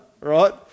right